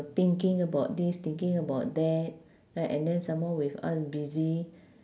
thinking about this thinking about that right and then some more with us busy